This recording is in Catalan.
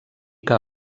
que